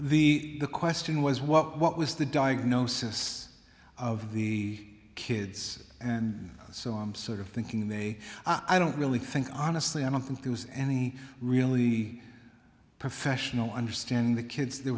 the the question was what was the diagnosis of the kids and so i'm sort of thinking they i don't really think honestly i don't think there was any really professional understand the kids there